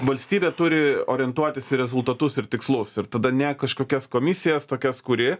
valstybė turi orientuotis į rezultatus ir tikslus ir tada ne kažkokias komisijas tokias kuri